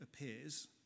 appears